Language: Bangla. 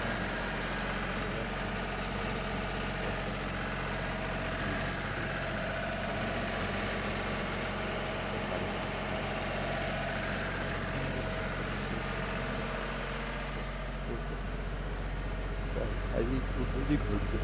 যেমন যোগাসন শবাসন পদ্মাসন এগুলি আমাদের শরীরের নমনীয়তা এবং শক্তি অনেকটাই বাড়িয়ে তুলতে সাহায্য করে এই আসনগুলো যদি কেউ প্রতিনিয়ত অভ্যাস করতে পারে তাহলে শারীরিক উন্নতি ঘটবে